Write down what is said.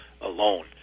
alone